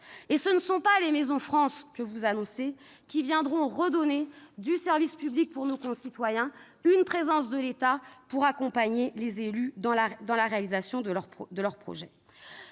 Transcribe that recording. Et ce ne sont pas les maisons France services que vous annoncez qui viendront redonner du service public pour nos concitoyens, une présence de l'État pour accompagner les élus dans la réalisation de leurs projets.